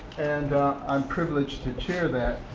and i'm privileged to chair that.